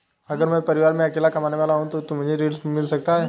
अगर मैं परिवार में अकेला कमाने वाला हूँ तो क्या मुझे ऋण मिल सकता है?